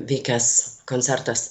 vykęs koncertas